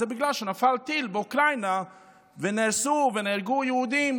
זה בגלל שנפל טיל באוקראינה ונהרסו ונהרגו יהודים,